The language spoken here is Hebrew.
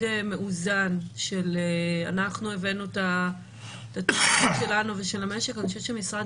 מאוזן של אנחנו הבאנו את התובנות שלנו ושל המשק אני חושבת שמשרד